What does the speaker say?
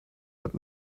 but